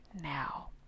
now